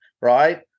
right